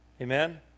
amen